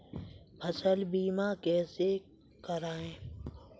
फसल बीमा कैसे कराएँ?